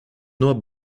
nur